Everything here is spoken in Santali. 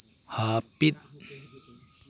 ᱦᱟᱹᱯᱤᱫ